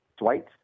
Dwight